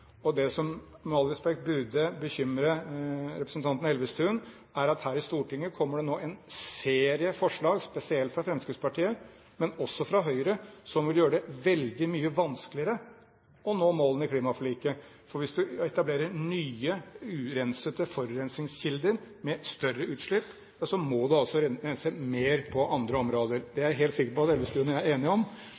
Det som – med all respekt – burde bekymre representanten Elvestuen, er at her i Stortinget kommer det nå en serie forslag, spesielt fra Fremskrittspartiet, men også fra Høyre, som vil gjøre det veldig mye vanskeligere å nå målene i klimaforliket, for hvis man etablerer nye, urensede forurensningskilder med større utslipp, må en altså rense mer på andre områder. Det er jeg helt sikker på at representanten Elvestuen og jeg er enige om.